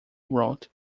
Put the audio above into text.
wrote